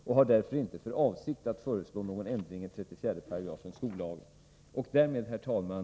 Jag har därför inte för avsikt att föreslå någon ändring i 34 § skollagen.